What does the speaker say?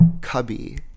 Cubby